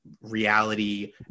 reality